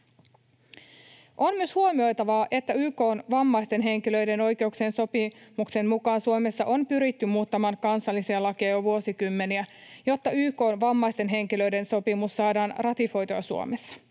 On myös huomioitavaa, että YK:n vammaisten henkilöiden oikeuksien sopimuksen mukaan Suomessa on pyritty muuttamaan kansallisia lakeja jo vuosikymmeniä, jotta YK:n vammaisten henkilöiden sopimus saadaan ratifioitua Suomessa.